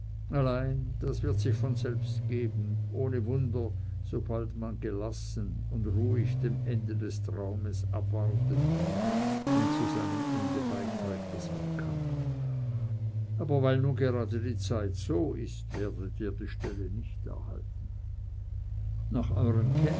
allein das wird sich von selbst geben ohne wunder sobald man gelassen und ruhig dem ende des traumes abwartet und zu seinem ende beiträgt was man kann aber weil nun gerade die zeit so ist werdet ihr die stelle nicht erhalten nach euern